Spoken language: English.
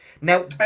Now